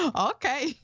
okay